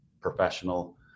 Professional